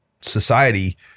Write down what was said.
society